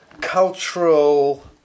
cultural